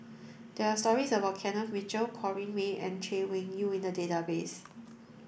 there are stories about Kenneth Mitchell Corrinne May and Chay Weng Yew in the database